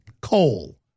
coal